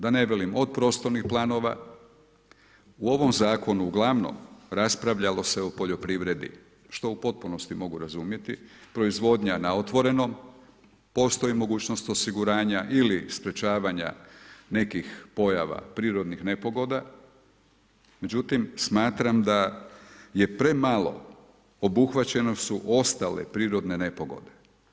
Da ne velim od prostornih planova, u ovom zakonu, ugl. raspravljalo se o poljoprivredi, što u potpunosti mogu razumjeti, proizvodnja na otvorenom, postoji mogućnost osiguranja ili sprječavanja nekih pojava prirodnih nepogoda, međutim, smatram da je premalo, obuhvaćene su ostale prirodne nepogode.